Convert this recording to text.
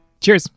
Cheers